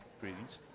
Greetings